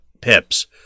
pips